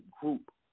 group